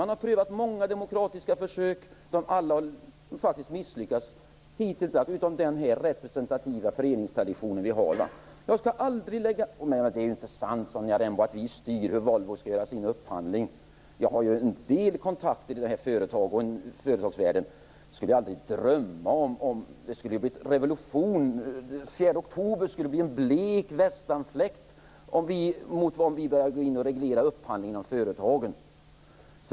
Man har prövat många olika demokratiska former som alla har misslyckats, utom den representativa föreningstraditionen. Det är ju inte sant, Sonja Rembo, att vi styr hur Volvo skall göra sin upphandling. Jag har en del kontakter i företagsvärlden. Jag skulle aldrig drömma om något sådant. Det skulle bli revolution. Fjärde oktober-rörelsen skulle bli en blek västanfläkt om vi började reglera företagens upphandling.